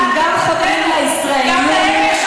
אתם גם חוטאים לישראליות,